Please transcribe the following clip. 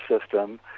system